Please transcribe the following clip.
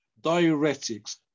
Diuretics